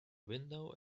window